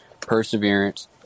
Perseverance